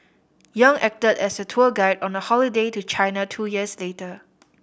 Yang acted as her tour guide on a holiday to China two years later